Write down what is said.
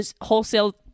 wholesale